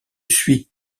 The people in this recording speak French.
suit